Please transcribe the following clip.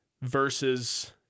versus